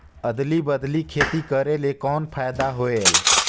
अदली बदली खेती करेले कौन फायदा होयल?